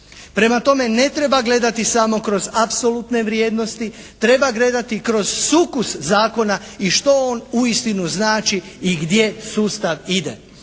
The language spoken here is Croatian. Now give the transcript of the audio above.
Prema tome, ne treba gledati samo kroz apsolutne vrijednosti. Treba gledati kroz sukus zakona i što on uistinu znači i gdje sustav ide.